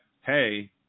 hey